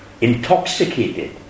Intoxicated